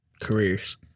careers